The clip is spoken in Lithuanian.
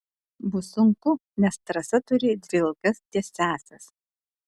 bus sunku nes trasa turi dvi ilgas tiesiąsias